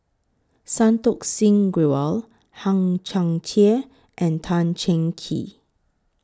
Santokh Singh Grewal Hang Chang Chieh and Tan Cheng Kee